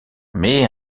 mais